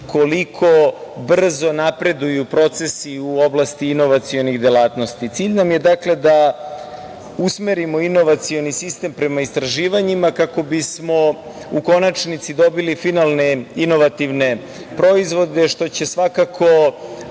koliko brzo napreduju procesi u oblasti inovacionih delatnosti. Cilj nam je da usmerimo inovacioni sistem prema istraživanjima kako bismo u konačnici dobili finalne inovativne proizvode što će svakako